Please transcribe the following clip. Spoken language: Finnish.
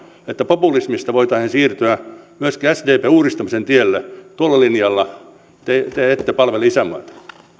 että populismista voitaisiin siirtyä myöskin sdp uudistamisen tielle tuolla linjalla te te ette palvele isänmaata